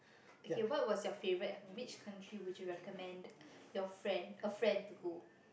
okay what was your favourite and which country would you recommend your friend a friend to go